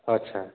ᱟᱪᱪᱷᱟ